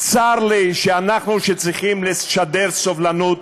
צר לי שאנחנו, שצריכים לשדר סובלנות,